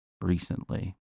recently